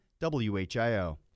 WHIO